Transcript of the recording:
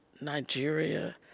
Nigeria